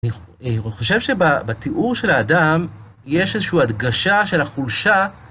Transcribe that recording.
אני חושב שבתיאור של האדם, יש איזושהי הדגשה של החולשה.